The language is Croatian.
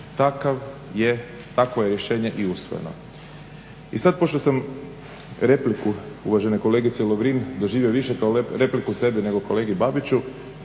takvo je rješenje i usvojeno. I sad pošto sam repliku uvažene kolegice Lovrin doživio više kao repliku sebi nego kolegi Babiću